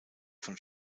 von